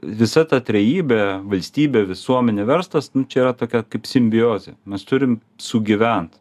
visa ta trejybė valstybė visuomenė verslas nu čia yra tokia kaip simbiozė mes turim sugyvent